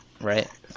right